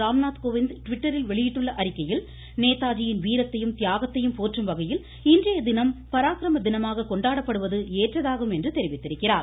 ராம்நாத் கோவிந்த் ட்விட்டரில் வெளியிட்ட அறிக்கையில் நேதாஜியின் வீரத்தையும் தியாகத்தையும் போற்றும் வகையில் இன்றைய தினம் பராக்கிரம தினமாக கொண்டாடப்படுவது ஏற்றதாகும் என்று தெரிவித்திருக்கிறார்